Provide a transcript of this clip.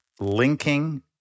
linking